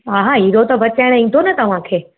हा हा हीरो त बचाइण ईंदो न तव्हांखे